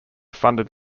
funded